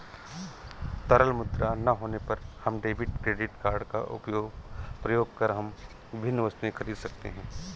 तरल मुद्रा ना होने पर हम डेबिट क्रेडिट कार्ड का प्रयोग कर हम विभिन्न वस्तुएँ खरीद सकते हैं